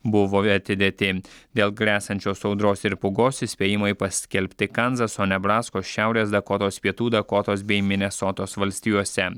buvo atidėti dėl gresiančios audros ir pūgos įspėjimai paskelbti kanzaso nebraskos šiaurės dakotos pietų dakotos bei minesotos valstijose